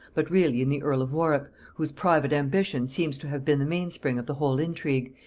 but really in the earl of warwick, whose private ambition seems to have been the main-spring of the whole intrigue,